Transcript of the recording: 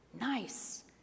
Nice